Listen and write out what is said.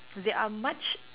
that are much